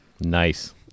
Nice